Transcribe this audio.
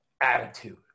attitude